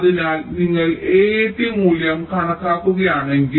അതിനാൽ നിങ്ങൾ AAT മൂല്യം കണക്കാക്കുകയാണെങ്കിൽ